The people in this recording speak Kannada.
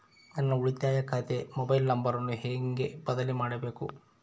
ನನ್ನ ಉಳಿತಾಯ ಖಾತೆ ಮೊಬೈಲ್ ನಂಬರನ್ನು ಹೆಂಗ ಬದಲಿ ಮಾಡಬೇಕು?